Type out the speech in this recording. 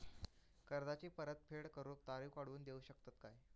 कर्जाची परत फेड करूक तारीख वाढवून देऊ शकतत काय?